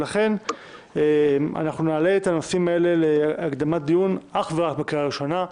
לכן אנחנו נעלה את הנושאים האלה להקדמת דיון אך ורק בקריאה הראשונה.